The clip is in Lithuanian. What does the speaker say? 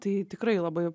tai tikrai labai